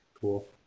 Cool